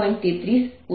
172